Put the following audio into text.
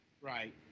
Right